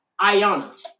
Ayana